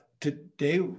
today